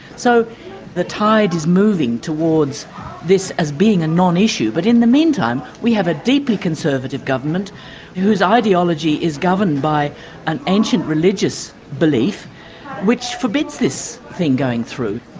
so the tide is moving towards this as being a non-issue. but in the meantime we have a deeply conservative government whose ideology is governed by an ancient religious belief which forbids this thing going through.